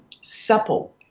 supple